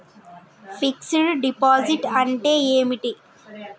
Fix డ్ deposit అంటే ఏమిటి?